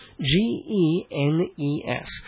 G-E-N-E-S